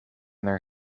their